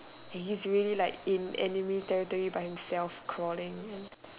he is really like in enemy territory by himself crawling